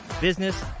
business